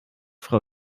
frau